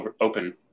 open